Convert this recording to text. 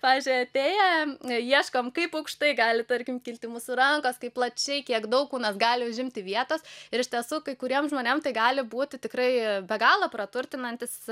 pavyzdžiui atėję ieškom kaip aukštai gali tarkim kilti mūsų rankos kaip plačiai kiek daug kūnas gali užimti vietos ir iš tiesų kai kuriem žmonėm tai gali būti tikrai be galo praturtinantis